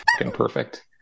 perfect